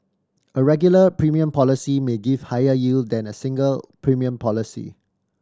a regular premium policy may give higher yield than a single premium policy